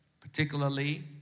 particularly